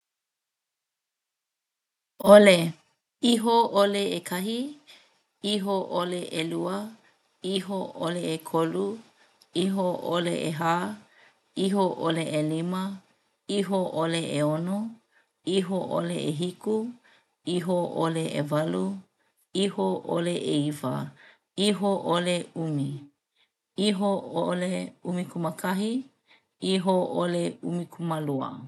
ʻOle, iho ʻole ʻekahi, iho ʻole ʻelua, iho ʻole ʻekolu, iho ʻole ʻehā, iho ʻole ʻelima, iho ʻole ʻeono, iho ʻole ʻehiku, iho ʻole ʻewalu, iho ʻole ʻeiwa, iho ʻole ʻumi, iho ʻole ʻumikūmākahi, iho ʻole ʻumikūmālua.